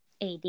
AD